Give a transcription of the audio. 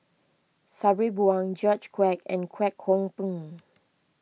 Sabri Buang George Quek and Kwek Hong Png